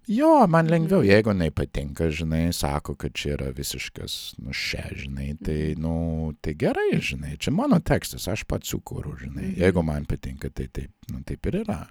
jo man lengviau jeigu nepatinka žinai sako kad čia yra visiškas nu š žinai tai nu tai gerai žinai čia mano tekstas aš pats sukūriau žinai jeigu man patinka tai taip nu taip ir yra